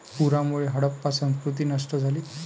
पुरामुळे हडप्पा संस्कृती नष्ट झाली